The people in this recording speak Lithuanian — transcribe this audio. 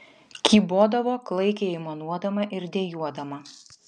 kybodavo klaikiai aimanuodama ir dejuodama